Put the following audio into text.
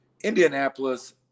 Indianapolis